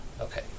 Okay